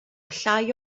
llai